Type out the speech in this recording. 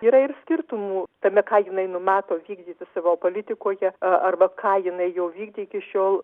yra ir skirtumų tame ką jinai numato vykdyti savo politikoje arba ką jinai jau vykdė iki šiol